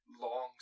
long